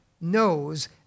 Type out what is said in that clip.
knows